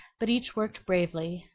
but each worked bravely,